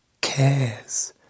cares